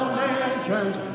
mansions